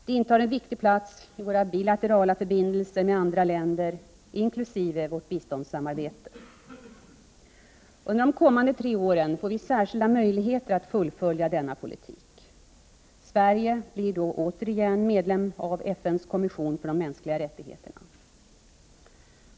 Det intar en viktig plats i våra bilaterala förbindelser med andra länder, inkl. vårt biståndssamarbete. Under de kommande tre åren får vi särskilda möjligheter att fullfölja denna politik. Sverige blir då återigen medlem av FN:s kommission för de mänskliga rättigheterna.